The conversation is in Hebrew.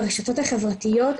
ברשתות החברתיות,